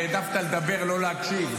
והעדפת לדבר ולא להקשיב,